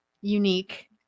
unique